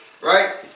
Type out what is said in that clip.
right